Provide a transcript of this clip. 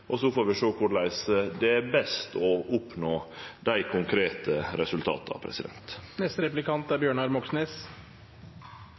og så får vi sjå korleis vi best oppnår dei konkrete resultata.